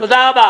תודה רבה.